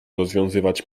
rozwiązywać